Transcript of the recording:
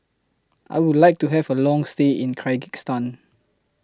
I Would like to Have A Long stay in Kyrgyzstan